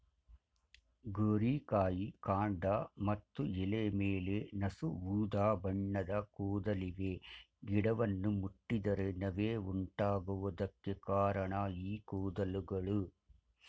ಗೋರಿಕಾಯಿ ಕಾಂಡ ಮತ್ತು ಎಲೆ ಮೇಲೆ ನಸು ಉದಾಬಣ್ಣದ ಕೂದಲಿವೆ ಗಿಡವನ್ನು ಮುಟ್ಟಿದರೆ ನವೆ ಉಂಟಾಗುವುದಕ್ಕೆ ಕಾರಣ ಈ ಕೂದಲುಗಳು